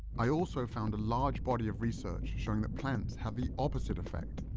i also found a large body of research showing that plants have the opposite effect,